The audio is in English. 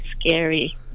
scary